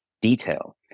detail